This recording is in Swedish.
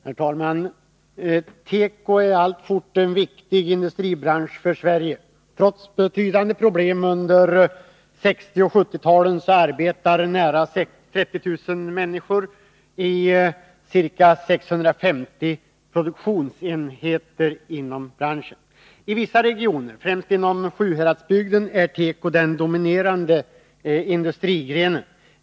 Herr talman! Teko är alltfort en viktig industribransch för Sverige. Trots betydande problem under 1960 och 1970-talen arbetar nära 30 000 människor i ca 650 produktionsenheter inom branschen. I vissa regioner, främst i Sjuhäradsbygden, är teko den dominerande industrigrenen.